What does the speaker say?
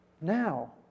now